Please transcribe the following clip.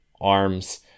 arms